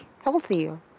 healthier